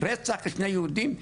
רצח שני יהודים,